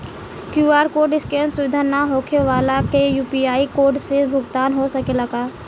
QR code scan सुविधा ना होखे वाला के यू.पी.आई कोड से भुगतान हो सकेला का?